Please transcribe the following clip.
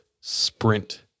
sprint